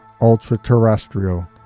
ultra-terrestrial